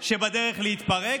שבדרך להתפרק.